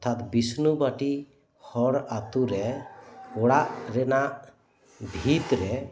ᱚᱨᱛᱷᱟᱛ ᱵᱤᱥᱱᱩᱵᱟᱴᱤ ᱦᱚᱲ ᱟᱹᱛᱳᱨᱮ ᱚᱲᱟᱜ ᱨᱮᱱᱟᱜ ᱵᱷᱤᱛ ᱨᱮ